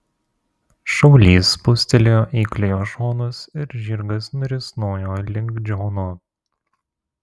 šaulys spūstelėjo eikliojo šonus ir žirgas nurisnojo link džono